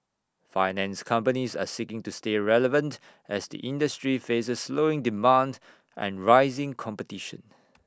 finance companies are seeking to stay relevant as the industry faces slowing demand and rising competition